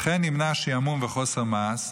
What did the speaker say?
וכן ימנע שעמום וחוסר מעש,